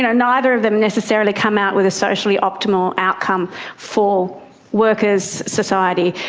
and neither of them necessarily come out with a socially optimal outcome for workers, society.